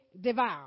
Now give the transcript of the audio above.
devour